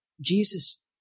Jesus